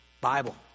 Bible